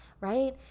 right